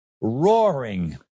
roaring